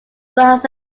perhaps